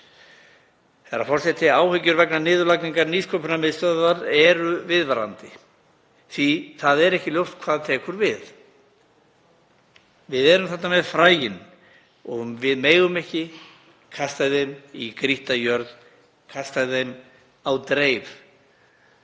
Herra forseti. Áhyggjur vegna niðurlagningar Nýsköpunarmiðstöðvar eru viðvarandi því að ekki er ljóst hvað tekur við. Við erum þarna með fræin og við megum ekki kasta þeim í grýtta jörð, kasta þeim á dreif.